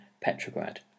Petrograd